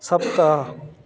सप्त